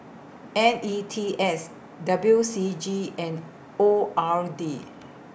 N E T S W C G and O R D